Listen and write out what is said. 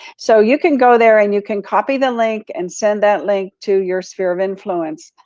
so, you can go there and you can copy the link and send that link to your sphere of influence.